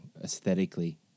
aesthetically